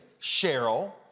Cheryl